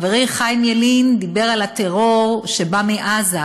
חברי חיים ילין דיבר על הטרור שבא מעזה.